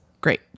great